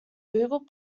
google